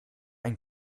ein